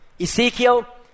Ezekiel